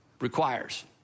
requires